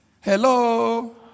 Hello